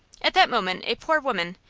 at that moment a poor woman,